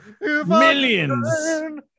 Millions